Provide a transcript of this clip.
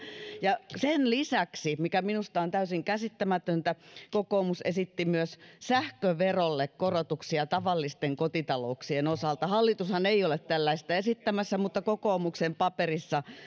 ja sen lisäksi mikä minusta on täysin käsittämätöntä kokoomus esitti myös sähköverolle korotuksia tavallisten kotitalouksien osalta hallitushan ei ole tällaista esittämässä mutta kokoomuksen paperissa